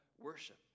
worship